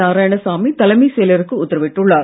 நாராயணசாமி தலைமைச் செயலருக்கு உத்தரவிட்டுள்ளார்